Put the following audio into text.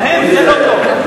להם זה לא טוב.